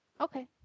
Okay